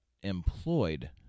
employed